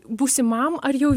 būsimam ar jau